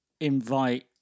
Invite